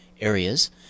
areas